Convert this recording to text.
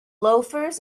loafers